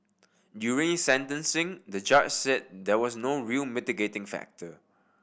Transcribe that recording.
during sentencing the judge said there was no real mitigating factor